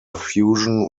fusion